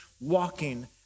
walking